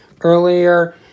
Earlier